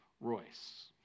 Royce